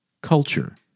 culture